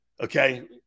Okay